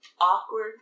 awkward